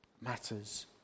matters